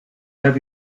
have